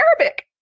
Arabic